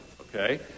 okay